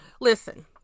Listen